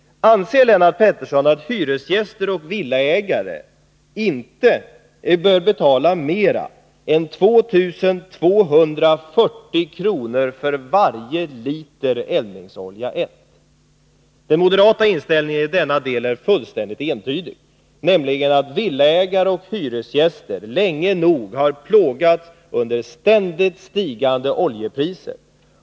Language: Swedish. Anser Lennart Pettersson att hyresgäster och villaägare inte bör betala mer än 2 240 kr. för varje liter eldningsolja 1? Moderaternas inställning härvidlag är fullständig entydigt: Villaägare och hyresgäster har tillräckligt länge plågats av ständigt stigande oljepriser.